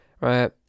right